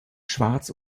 schwarz